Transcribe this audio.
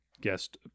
guest